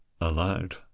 Aloud